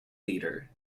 leader